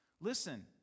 Listen